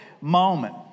moment